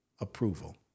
approval